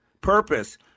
Purpose